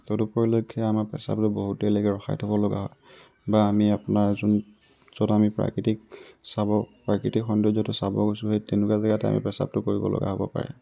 তদুপলক্ষে আমাৰ প্ৰস্ৰাৱটো বহুত দেৰিলৈকে ৰখাই থ'ব লগা হয় বা আমি আপোনাৰ যোন য'ত আমি প্ৰাকৃতিক চাব প্ৰাকৃতিক সৌন্দৰ্য্যটো চাব গৈছোঁ সেই তেনেকুৱা জেগাতে আমি প্ৰস্ৰাৱটো কৰিব লগা হ'ব পাৰে